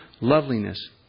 loveliness